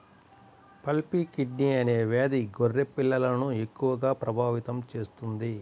pulpy kidney అనే వ్యాధి గొర్రె పిల్లలను ఎక్కువగా ప్రభావితం చేస్తుంది